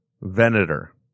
Venator